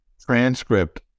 transcript